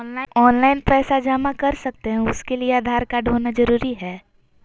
Online पैसा जमा कर सकते हैं उसके लिए आधार कार्ड होना जरूरी है?